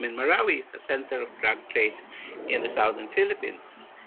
marwari is a centre of drug trade in the southern philippines,